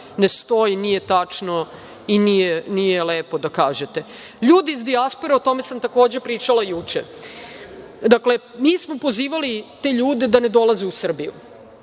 ne stoji, nije tačno i nije lepo da kažete. Ljudi iz dijaspore, o tome sam takođe pričala juče, dakle, mi smo pozivali te ljude da ne dolaze u Srbiju